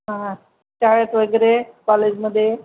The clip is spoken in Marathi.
हा शाळेत वगैरे कॉलेजमध्ये